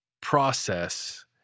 process